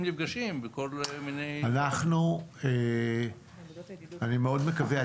נפגשים בכל מיני --- אני מאוד מקווה.